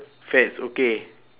fats okay